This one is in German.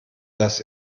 dass